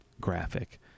graphic